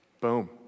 boom